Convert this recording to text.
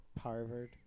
Parvard